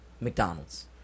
McDonald's